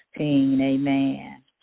Amen